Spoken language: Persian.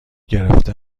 گرفته